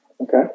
Okay